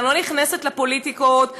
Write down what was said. אני לא נכנסת לפוליטיקות,